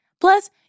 Plus